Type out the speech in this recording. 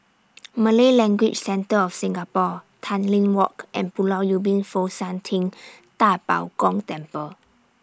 Malay Language Centre of Singapore Tanglin Walk and Pulau Ubin Fo Shan Ting DA Bo Gong Temple